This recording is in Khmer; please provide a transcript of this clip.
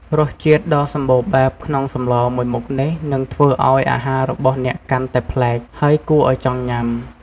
រសជាតិដ៏សម្បូរបែបក្នុងសម្លមួយមុខនេះនឹងធ្វើឱ្យអាហាររបស់អ្នកកាន់តែប្លែក ហើយគួរឱ្យចង់ញ៉ាំ។